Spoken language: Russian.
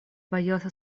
боялся